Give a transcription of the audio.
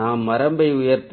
நமது வரம்பை உயர்த்தும்